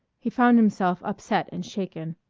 he found himself upset and shaken.